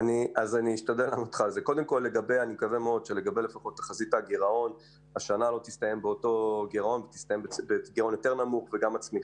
אני מקווה שהשנה תסתיים בגירעון נמוך מהתחזיות שהצגת.